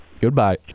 Goodbye